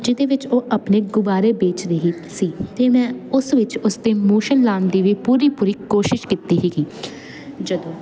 ਜਿਹਦੇ ਵਿੱਚ ਉਹ ਆਪਣੇ ਗੁਬਾਰੇ ਵੇਚ ਰਹੀ ਸੀ ਅਤੇ ਮੈਂ ਉਸ ਵਿੱਚ ਉਸ ਦੇ ਮੋਸ਼ਨ ਲਾਉਣ ਦੀ ਵੀ ਪੂਰੀ ਪੂਰੀ ਕੋਸ਼ਿਸ਼ ਕੀਤੀ ਸੀਗੀ ਜਦੋਂ